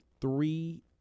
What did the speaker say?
three